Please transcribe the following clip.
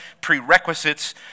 prerequisites